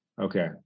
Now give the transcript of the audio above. Okay